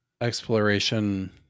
exploration